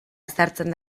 ezartzen